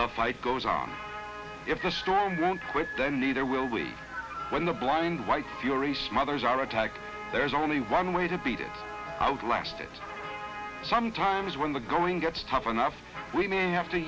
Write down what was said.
the fight goes on if the storm won't quit then neither will we when the blind whites duration mothers are attacked there is only one way to beat it outlast it sometimes when the going gets tough enough we may have to